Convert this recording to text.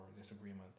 disagreement